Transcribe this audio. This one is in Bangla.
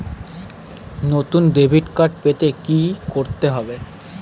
নতুন ডেবিট কার্ড পেতে কী করতে হবে?